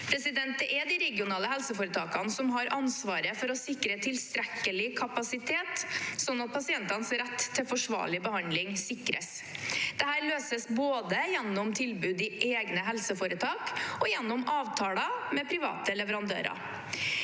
regjeringen. Det er de regionale helseforetakene som har ansvaret for å sikre tilstrekkelig kapasitet slik at pasientenes rett til forsvarlig behandling sikres. Dette løses både gjennom tilbud i egne helseforetak og gjennom avtaler med private leverandører.